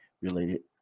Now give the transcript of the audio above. related